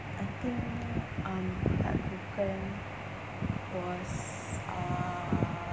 I think um heartbroken was uh